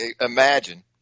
imagine